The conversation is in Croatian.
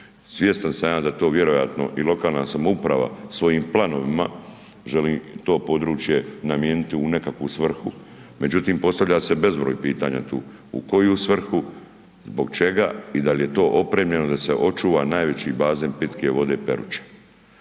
Svjestan sam ja da to vjerojatno i lokalna samouprava svojim planovima želi to područje namijeniti u nekakvu svrhu. Međutim, postavlja se bezbroj pitanja tu, u koju svrhu, zbog čega i dal je to opremljeno da se očuva najveći bazen pitke vode Peruča.